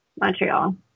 Montreal